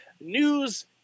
news